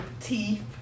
teeth